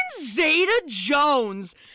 Zeta-Jones